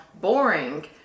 boring